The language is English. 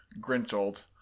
Grinchold